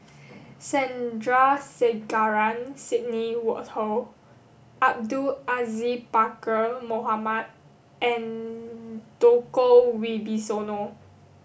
Sandrasegaran Sidney Woodhull Abdul Aziz Pakkeer Mohamed and Djoko Wibisono